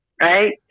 right